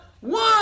one